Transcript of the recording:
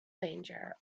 danger